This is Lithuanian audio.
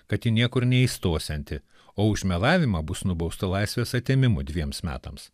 kad ji niekur neįstosianti o už melavimą bus nubausta laisvės atėmimu dviems metams